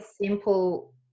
simple